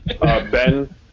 Ben